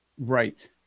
Right